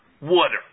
water